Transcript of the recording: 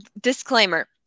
disclaimer